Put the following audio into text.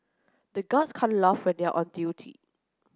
the guards can't laugh when they are on duty